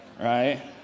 right